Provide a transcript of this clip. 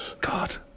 God